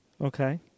Okay